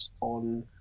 on